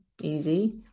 easy